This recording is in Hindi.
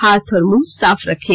हाथ और मुंह साफ रखें